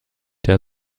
der